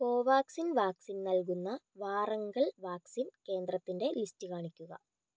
Covaxin vaccine നൽകുന്ന Warangal vaccine കേന്ദ്രത്തിൻ്റെ list കാണിക്കുക